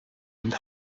and